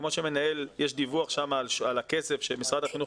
כמו שיש דיווח שם על הכסף שמשרד החינוך